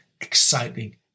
exciting